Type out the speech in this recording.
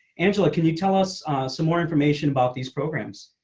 angela. can you tell us some more information about these programs.